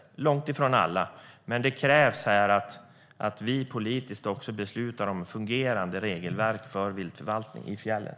Det gäller långt ifrån alla, men det krävs att vi politiskt beslutar om fungerande regelverk för viltförvaltning i fjällen.